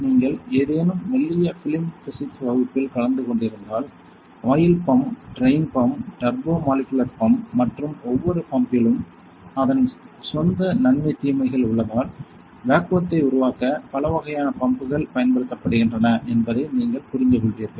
நீங்கள் ஏதேனும் மெல்லிய பிலிம் பிசிக்ஸ் வகுப்பில் கலந்துகொண்டிருந்தால் oil pump drain pump turbo molecular pump மற்றும் ஒவ்வொரு பம்ப்லும் அதன் சொந்த நன்மை தீமைகள் உள்ளதால் வேக்குவத்த்தை உருவாக்க பல வகையான பம்புகள் பயன்படுத்தப்படுகின்றன என்பதை நீங்கள் புரிந்துகொள்வீர்கள்